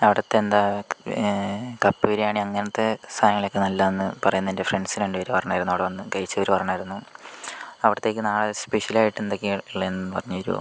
അവിടുത്തെ എന്താ കപ്പ ബിരിയാണി അങ്ങനത്തെ സാധനങ്ങളൊക്കെ നല്ലതാണെന്ന് പറയുന്നു എൻ്റെ കോഴിക്കോട് നിന്നായിരുന്നു ഫ്രണ്ട്സ് രണ്ടുപേര് പറഞ്ഞിരുന്നു അവിടെ വന്ന് കഴിച്ചവർ പറഞ്ഞിരുന്നു അവിടത്തേക്ക് നാളെ സ്പെഷൽ ആയിട്ട് എന്തൊക്കെയാണുള്ളത് എന്ന് പറഞ്ഞു തരുമോ